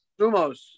Sumos